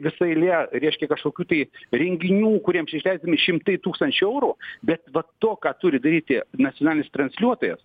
visa eilė reiškia kažkokių tai renginių kuriem išleisdami šimtai tūkstančių eurų bet va to ką turi daryti nacionalinis transliuotojas